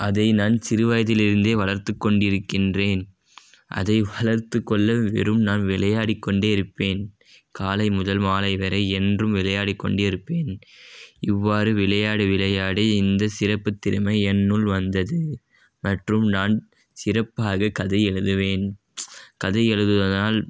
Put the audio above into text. அதை நான் சிறு வயதிலிருந்தே வளர்த்துக் கொண்டிருக்கின்றேன் அதை வளர்த்துக் கொள்ள வெறும் நான் விளையாடிக் கொண்டே இருப்பேன் காலை முதல் மாலை வரை என்றும் விளையாடிக் கொண்டு இருப்பேன் இவ்வாறு விளையாடி விளையாடி இந்த சிறப்புத் திறமை என்னுள் வந்தது மற்றும் நான் சிறப்பாக கதை எழுதுவேன் கதை எழுதுவதால்